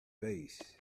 face